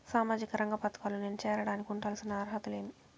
సామాజిక రంగ పథకాల్లో నేను చేరడానికి ఉండాల్సిన అర్హతలు ఏమి?